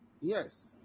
yes